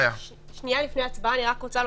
הבעיה פה מתחילה, ואני אומר את זה שוב